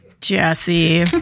jesse